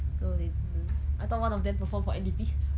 so they didn't I thought one of them perform for N_D_P